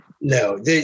no